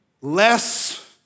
less